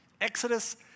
Exodus